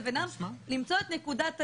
לבינם למצוא את נקודת האיזון,